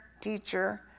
teacher